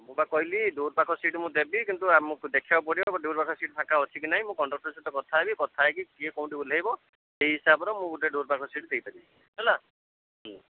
ମୁଁ ପା କହିଲି ଡୋର୍ ପାଖ ସିଟ୍ ମୁଁ ଦେବି କିନ୍ତୁ ଆମକୁ ଦେଖିବାକୁ ପଡ଼ିବ ଡୋର୍ ପାଖରେ ସିଟ୍ ଫାଙ୍କା ଅଛି କି ନାଇ ମୁଁ କଣ୍ଡକ୍ଟର୍ ସହିତ କଥା ହେବି କଥା ହେଇକି କିଏ କୋଉଠି ଓଲ୍ଳେଇବ ସେଇ ହିସାବରେ ମୁଁ ଗୋଟେ ଡୋର୍ ପାଖ ସିଟ୍ ଦେଇପାରିବି ହେଲା ହୁଁ